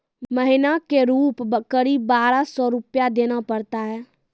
महीना के रूप क़रीब बारह सौ रु देना पड़ता है?